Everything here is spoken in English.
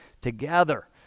together